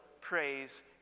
praise